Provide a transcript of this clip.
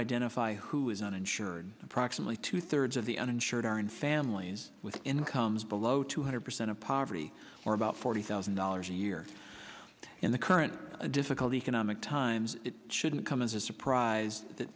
identify who is uninsured approximately two thirds of the uninsured are in families with incomes below two hundred percent of poverty or about forty thousand dollars a year in the current difficult economic times it shouldn't come as a surprise that